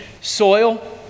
soil